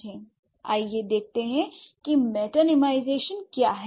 आइए देखते हैं कि मेटानेमाइजेशन क्या है